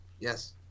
Yes